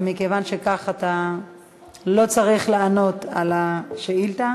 ומכיוון שכך אתה לא צריך לענות על השאילתה.